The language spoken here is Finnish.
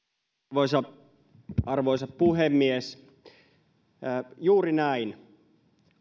arvoisa puhemies juuri näin